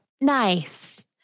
nice